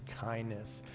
kindness